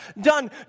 done